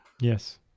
Yes